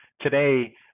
today